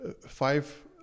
five